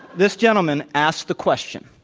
this gentleman asked the question,